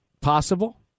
possible